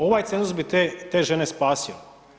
Ovaj cenzus bi te žene spasio.